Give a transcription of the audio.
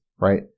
right